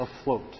afloat